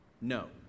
no